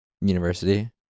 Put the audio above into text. University